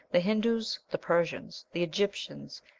the hindoos, the persians, the egyptians,